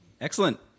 Excellent